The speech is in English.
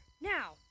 now